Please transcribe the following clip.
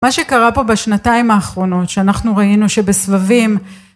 מה שקרה פה בשנתיים האחרונות שאנחנו ראינו שבסבבים